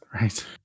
Right